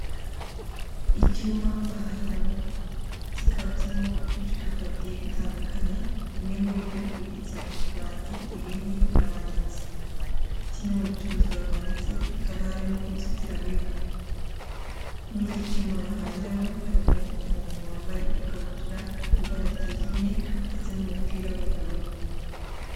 Icyumba bahahiramo. Kukaba kirimo ubicuruzwa bigiye bitandukanye, bimwe muri byo bibitse mu tubati, ibindi biramanitse. Kimwe mu bicuruzwa bimanitse, hakaba harimo inzitiramibu. Muri iki cyumba bahahiramo, harimo umuntu wambaye ikabutura y'ibara ryijimye ndetse n'umupira w'ubururu.